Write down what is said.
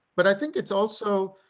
but i think it's also,